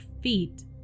feet